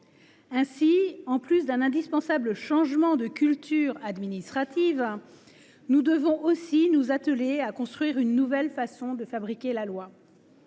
Ainsi, en plus d’un indispensable changement de culture administrative, nous devons aussi nous atteler à construire une nouvelle façon de fabriquer la loi.